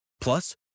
Plus